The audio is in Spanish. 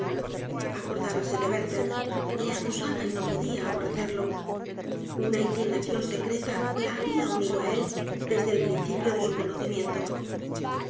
amargura acordábase de werther le acusaba y no podia aborrecerlo una inclinación secreta la habia unido á él desde el principio de su conocimiento